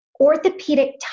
orthopedic